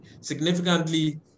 Significantly